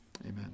amen